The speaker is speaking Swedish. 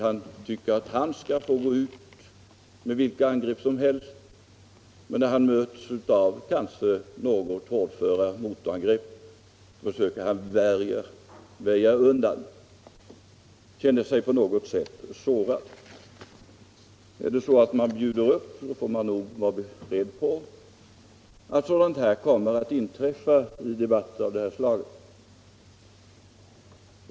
Han tycker han kan få gå ut med vilka angrepp som helst, men när han möts av kanske något hårdföra motangrepp, försöker han väja undan och känner sig på något sätt sårad. Bjuder man upp får man nog vara beredd på att sådant här kommer att inträffa i debatter av det här slaget.